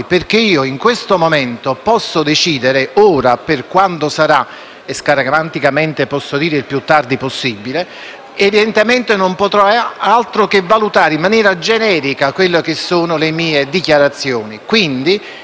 - scaramanticamente posso dire il più tardi possibile - ma evidentemente non potrò fare altro che valutare in maniera generica le mie dichiarazioni. Quindi, il medico, insieme al fiduciario, valuterà nell'attualità,